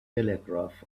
telegraph